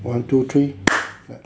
one two three clap